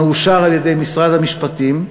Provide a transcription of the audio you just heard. המאושר על-ידי משרד המשפטים,